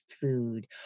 food